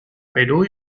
perú